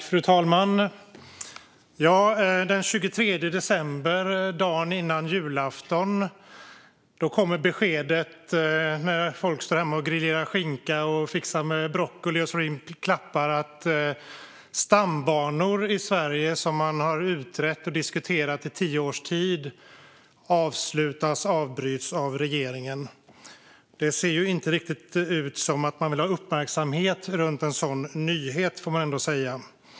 Fru talman! Den 23 december, dagen före julafton, när folk stod hemma och griljerade skinkan, fixade med broccoli och slog in klappar, kom beskedet att stambanor i Sverige, som har utretts och diskuterats i tio års tid, avslutas och avbryts av regeringen. Det ser inte riktigt ut som att man ville ha uppmärksamhet runt en sådan nyhet, får man säga.